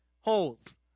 holes